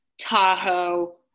Tahoe